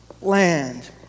land